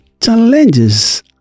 challenges